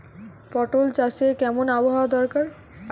পটল চাষে কেমন আবহাওয়া দরকার?